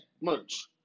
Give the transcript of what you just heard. merch